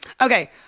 Okay